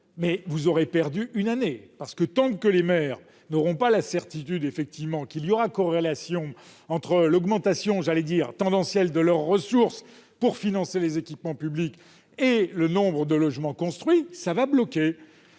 vous aurez perdu une année parce que tant que les maires n'auront pas la certitude d'une corrélation entre l'augmentation « tendancielle » de leurs ressources pour financer les équipements publics et le nombre de logements construits, les projets